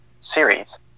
series